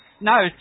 no